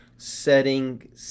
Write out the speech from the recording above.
setting